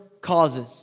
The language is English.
causes